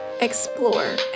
explore